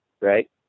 right